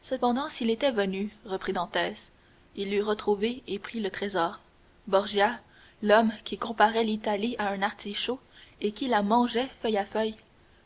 cependant s'il y était venu reprit dantès il eût retrouvé et pris le trésor borgia l'homme qui comparait l'italie à un artichaut et qui la mangeait feuille à feuille